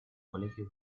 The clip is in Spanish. colegio